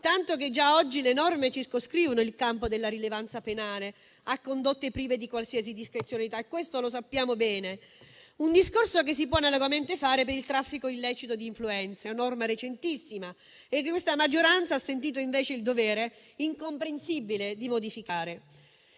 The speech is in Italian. tanto che già oggi le norme circoscrivono il campo della rilevanza penale a condotte prive di qualsiasi discrezionalità, e questo lo sappiamo bene; un discorso che si può analogamente fare per il traffico illecito di influenze, una norma recentissima che questa maggioranza ha sentito il dovere incomprensibile di modificare.